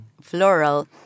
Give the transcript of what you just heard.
floral